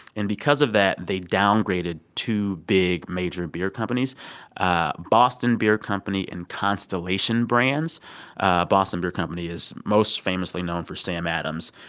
and because of that, they downgraded two big major beer companies ah boston beer company and constellation brands ah boston beer company is most famously known for sam adams.